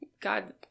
god